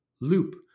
loop